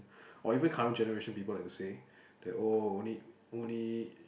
or even current generation people like to say that oh only only